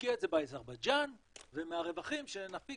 נשקיע את זה באזרבייג'ן ומהרווחים שנפיק